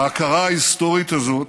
ההכרה ההיסטורית הזאת